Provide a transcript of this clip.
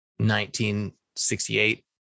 1968